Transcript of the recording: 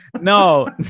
No